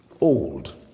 old